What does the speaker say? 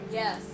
yes